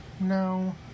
No